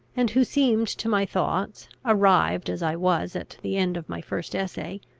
and who seemed to my thoughts, arrived as i was at the end of my first essay,